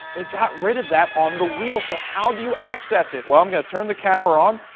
they've got rid of that on the wheel. so, how do you access it? well, i am going to turn the camera on.